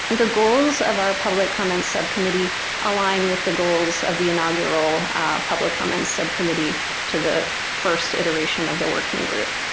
the goals of our public comments subcommittee align with the goals of the inaugural public comments subcommittee to the first iteration of the working group.